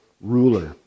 ruler